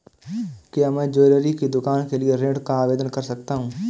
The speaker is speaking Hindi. क्या मैं ज्वैलरी की दुकान के लिए ऋण का आवेदन कर सकता हूँ?